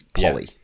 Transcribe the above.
Polly